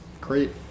great